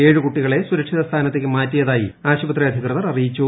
ഏഴ് കുട്ടികളെ സുരക്ഷിത്രി സ്ഥാനത്തേക്ക് മാറ്റിയതായി ആശുപത്രി അധികൃതർ അറിയിച്ചു